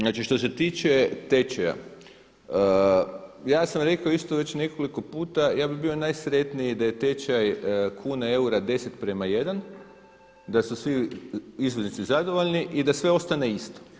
Znači što se tiče tečaja, ja sam rekao isto već nekoliko puta ja bih bio najsretniji da je tečaj kune i eura 10 prema 1, da su svi izvoznici zadovoljni i da sve ostane isto.